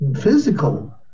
Physical